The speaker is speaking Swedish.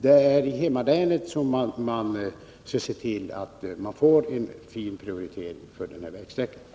Det är i hemmalänet som man skall se till att man får en fin prioritering för den här vägsträckan.